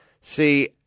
see